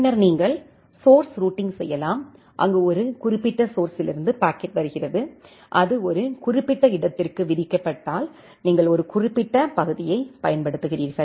பின்னர் நீங்கள் source routing செய்யலாம் அங்கு ஒரு குறிப்பிட்ட சோர்ஸ்லிருந்து பாக்கெட் வருகிறது அது ஒரு குறிப்பிட்ட இடத்திற்கு விதிக்கப்பட்டால் நீங்கள் ஒரு குறிப்பிட்ட பகுதியைப் பயன்படுத்துகிறீர்கள்